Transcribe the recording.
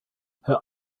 her